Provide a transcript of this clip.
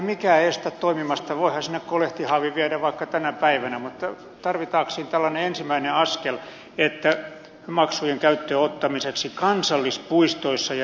eihän mikään estä toimimasta voihan sinne kolehtihaavin viedä vaikka tänä päivänä mutta tarvitaanko siinä tällainen ensimmäinen askel että maksujen käyttöönottamiseksi kansallispuistoissa ja retkeilyalueilla